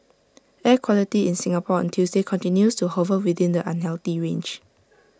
air quality in Singapore on Tuesday continues to hover within the unhealthy range